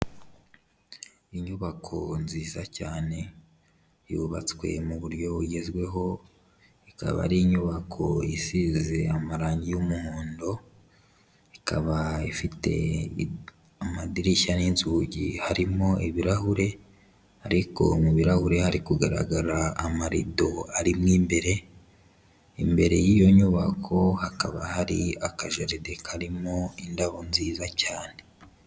Inyubako nziza cyane yubatswe mu buryo bugezweho, ikaba ari inyubako isize amarangi y'umuhondo, ikaba ifite amadirishya n'inzugi harimo ibirahure, ariko mu birahure hari kugaragara amarido ari mo imbere, imbere y'iyo nyubako hakaba hari akajaride karimo indabo nziza cyane.